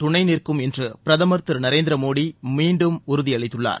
துணைநிற்கும என்று பிரதமர் திரு நரேந்திரமோடி மீண்டும் உறுதியளித்துள்ளார்